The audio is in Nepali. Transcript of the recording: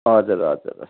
हजुर हजुर